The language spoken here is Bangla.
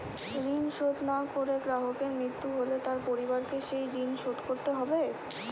ঋণ শোধ না করে গ্রাহকের মৃত্যু হলে তার পরিবারকে সেই ঋণ শোধ করতে হবে?